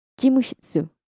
jimushitsu